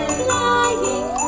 flying